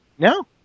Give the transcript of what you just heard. No